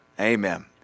Amen